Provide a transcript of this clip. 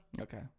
Okay